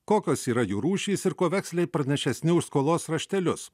kokios yra jų rūšys ir kuo vekseliai pranašesni už skolos raštelius